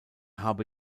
habe